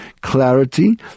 clarity